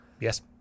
Yes